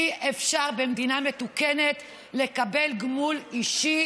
אי-אפשר שבמדינה מתוקנת רופא יקבל גמול אישי